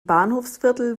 bahnhofsviertel